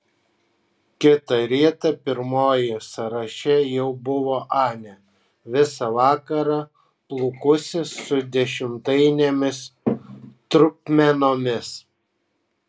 kitą rytą pirmoji sąraše jau buvo anė visą vakarą plūkusis su dešimtainėmis trupmenomis